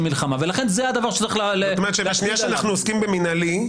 מלחמה ולכן זה הדבר --- בשנייה שאנחנו עוסקים במינהלי,